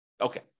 Okay